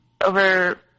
over